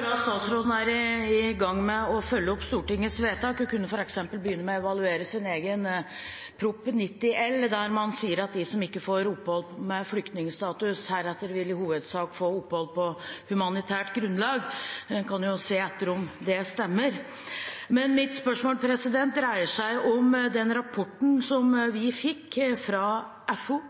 bra at statsråden er i gang med å følge opp Stortingets vedtak. Hun kunne f.eks. begynne med å evaluere sin egen Prop. 90 L for 2015–2016, der man sier at de som ikke får opphold med flyktningstatus, heretter i hovedsak vil få opphold på humanitært grunnlag. En kan jo se etter om det stemmer. Mitt spørsmål dreier seg om den rapporten som vi fikk fra FO,